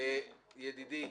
ידידי.